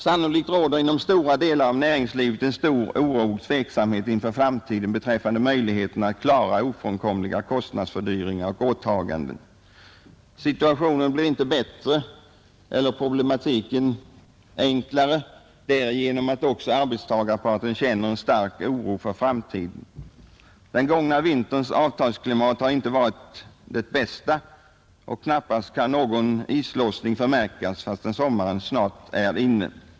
Sannolikt råder inom stora delar av näringslivet en stor oro och tveksamhet inför framtiden beträffande möjligheten att klara ofrånkomliga kostnadsfördyringar och åtaganden. Situationen blir inte bättre eller problematiken enklare därigenom att också arbetstagarparten känner stark oro för framtiden. Den gångna vinterns avtalsklimat har inte varit det bästa, och knappast kan någon islossning förmärkas fastän sommaren snart är inne.